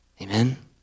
Amen